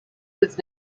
was